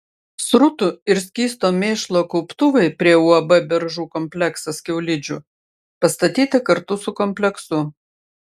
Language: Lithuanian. srutų ir skysto mėšlo kauptuvai prie uab beržų kompleksas kiaulidžių pastatyti kartu su kompleksu